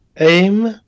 aim